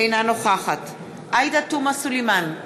אינה נוכחת עאידה תומא סלימאן,